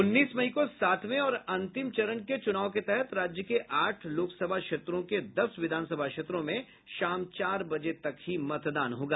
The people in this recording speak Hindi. उन्नीस मई को सातवें और अंतिम चरण के चूनाव के तहत राज्य के आठ लोकसभा क्षेत्र के दस विधानसभा क्षेत्रों में शाम चार बजे तक ही मतदान होगा